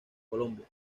colombia